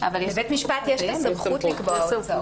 לבית משפט יש את הסמכות לקבוע הוצאות.